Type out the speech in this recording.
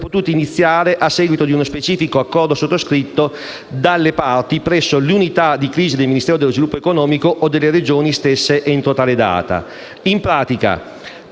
potuti iniziare a seguito di uno specifico accordo sottoscritto dalle parti presso le unità di crisi del Ministero dello sviluppo economico o delle Regioni stesse entro tale data. In pratica